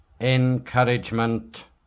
encouragement